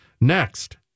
Next